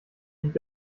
liegt